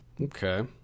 Okay